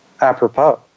apropos